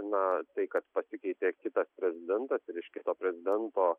na tai kad pasikeitė kitas prezidentas ir iš kito prezidento